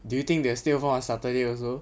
do you think they will stay over on saturday also